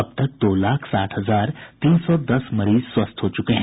अब तक दो लाख साठ हजार तीन सौ दस मरीज स्वस्थ हो चुके हैं